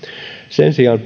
sen sijaan